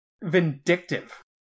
vindictive